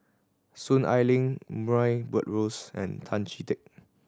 Soon Ai Ling Murray Buttrose and Tan Chee Teck